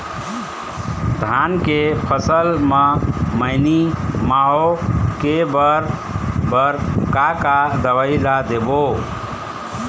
धान के फसल म मैनी माहो के बर बर का का दवई ला देबो?